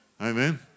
Amen